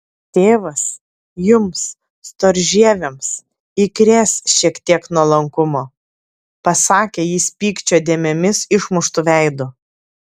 tėvas jums storžieviams įkrės šiek tiek nuolankumo pasakė jis pykčio dėmėmis išmuštu veidu